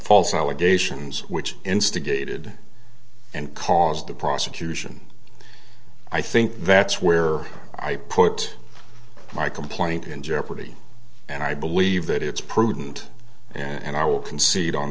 false allegations which instigated and caused the prosecution i think that's where i put my complaint in jeopardy and i believe that it's prudent and i will concede on